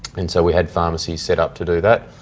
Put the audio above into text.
and so we had pharmacies set up to do that.